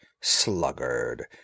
Sluggard